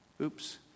oops